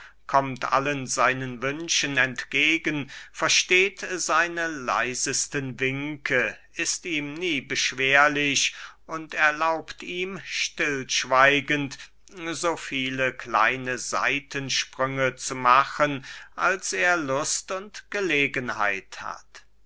kommt allen seinen wünschen entgegen versteht seine leisesten winke ist ihm nie beschwerlich und erlaubt ihm stillschweigend so viele kleine seitensprünge zu machen als er lust und gelegenheit hat